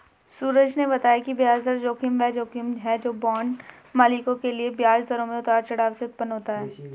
सूरज ने बताया कि ब्याज दर जोखिम वह जोखिम है जो बांड मालिकों के लिए ब्याज दरों में उतार चढ़ाव से उत्पन्न होता है